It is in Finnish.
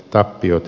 tappiot